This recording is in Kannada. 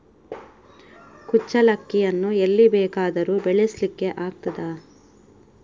ಕುಚ್ಚಲಕ್ಕಿಯನ್ನು ಎಲ್ಲಿ ಬೇಕಾದರೂ ಬೆಳೆಸ್ಲಿಕ್ಕೆ ಆಗ್ತದ?